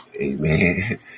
Amen